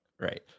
right